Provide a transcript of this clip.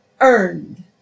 earned